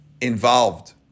involved